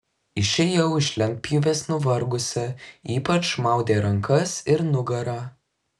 išėjau iš lentpjūvės nuvargusi ypač maudė rankas ir nugarą